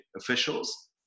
officials